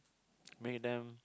make them